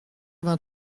vingt